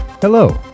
Hello